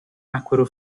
nacquero